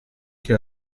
che